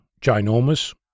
Ginormous